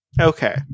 Okay